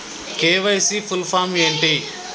KYC full form ఏంటి?